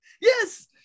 Yes